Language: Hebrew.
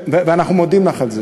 ואנחנו מודים לך על כך.